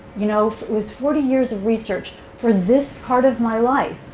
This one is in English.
you know was forty years of research for this part of my life,